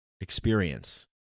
experience